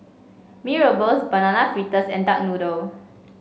Mee Rebus Banana Fritters and Duck Noodle